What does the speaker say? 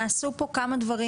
נעשו פה כמה דברים